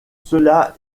cela